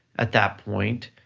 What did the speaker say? at that point,